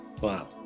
Wow